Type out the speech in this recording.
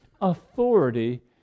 authority